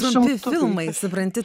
trumpi filmai supranti